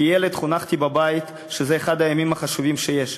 כילד חונכתי בבית שזה אחד הימים החשובים שיש.